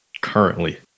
currently